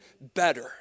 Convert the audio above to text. better